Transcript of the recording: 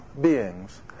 beings